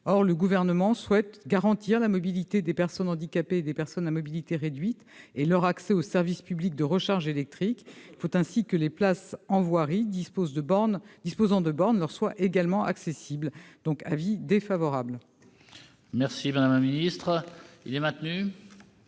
Or le Gouvernement souhaite garantir la mobilité des personnes handicapées et des personnes à mobilité réduite et leur accès au service public de recharge électrique. Il faut donc que les places en voirie disposant de bornes leur soient également accessibles. L'avis est défavorable. Je mets aux voix l'amendement n°